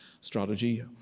strategy